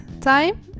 time